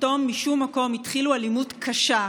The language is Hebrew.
פתאום משום מקום התחילו אלימות קשה,